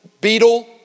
beetle